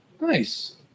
Nice